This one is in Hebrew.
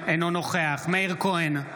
אינו נוכח מאיר כהן,